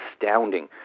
astounding